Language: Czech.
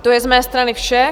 To je z mé strany vše.